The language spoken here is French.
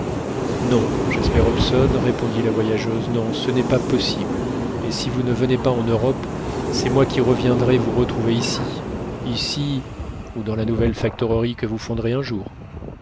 non jasper hobson répondit la voyageuse non ce n'est pas possible et si vous ne venez pas en europe c'est moi qui reviendrai vous retrouver ici ici ou dans la nouvelle factorerie que vous fonderez un jour